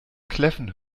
kläffen